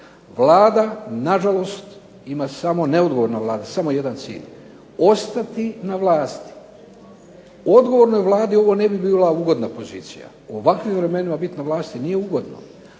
Vlada, nažalost, ima samo neodgovorna Vlada, samo jedan cilj, ostati na vlasti. Odgovornoj Vladi ovo ne bi bila ugodna pozicija. U ovakvim vremenima biti na vlasti nije ugodno,